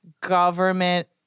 government